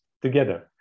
together